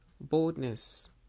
boldness